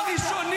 מה הצבעת?